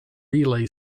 relay